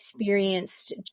experienced